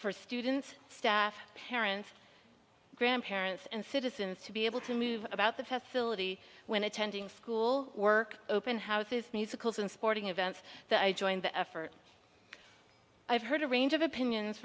for students staff parents grandparents and citizens to be able to move about the philippi when attending school work open houses musicals and sporting events i joined the effort i've heard a range of opinions